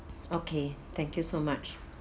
okay thank you so much